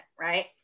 right